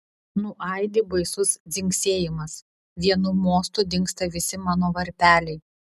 nuaidi baisus dzingsėjimas vienu mostu dingsta visi mano varpeliai